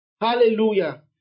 Hallelujah